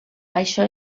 això